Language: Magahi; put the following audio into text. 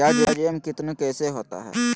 प्याज एम कितनु कैसा होता है?